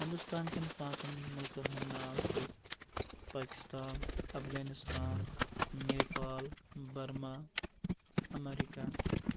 ہِنٛدوستانکٮ۪ن پانٛژَن مُلکَن ہُنٛد ناو چھِ پٲکستان افغانِستان نیپال برما امریکہ